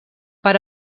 per